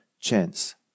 chance